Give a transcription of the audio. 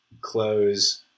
close